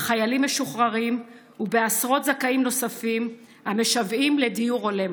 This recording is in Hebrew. בחיילים משוחררים ובעשרות זכאים נוספים המשוועים לדיור הולם?